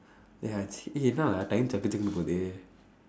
ya eh என்னா:ennaa lah time chakku chakkunnu போகுது:pookuthu